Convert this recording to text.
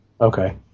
Okay